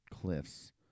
cliffs